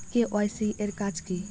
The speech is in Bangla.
কে.ওয়াই.সি এর কাজ কি?